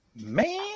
Man